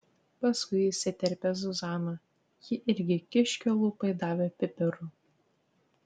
paskui įsiterpė zuzana ji irgi kiškio lūpai davė pipirų